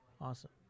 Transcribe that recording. Awesome